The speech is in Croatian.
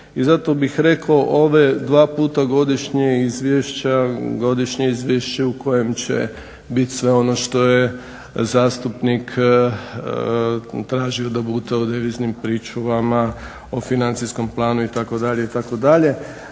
I zato bih rekao ova 2 puta godišnje izvješća, Godišnje izvješće u kojem će biti sve ono što je zastupnik tražio da bude o deviznim pričuvama, o financijskom planu itd.,